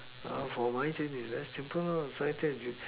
ah for money change is very simple lor suddenly change is